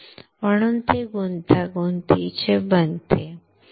म्हणून ते गुंतागुंतीचे आणि गुंतागुंतीचे बनते